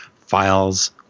files